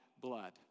blood